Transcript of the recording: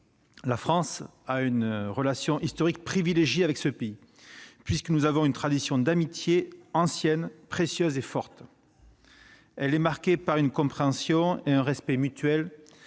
La France a une relation historique privilégiée avec le Japon : nous avons une tradition d'amitié ancienne, précieuse et forte. Cette relation est marquée par une compréhension et un respect mutuels